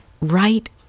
right